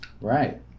Right